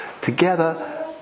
together